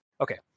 Okay